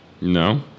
No